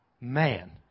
man